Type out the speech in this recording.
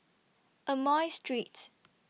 Amoy Street